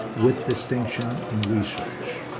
with distinction in research.